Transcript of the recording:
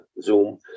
Zoom